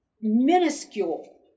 minuscule